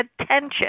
attention